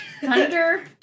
Thunder